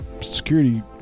security